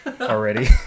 already